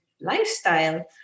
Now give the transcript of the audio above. lifestyle